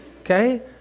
okay